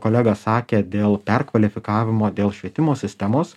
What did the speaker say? kolega sakė dėl perkvalifikavimo dėl švietimo sistemos